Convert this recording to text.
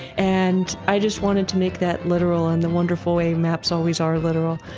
and i just wanted to make that literal in the wonderful way maps always are literal.